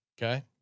Okay